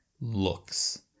looks